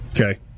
Okay